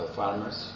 farmers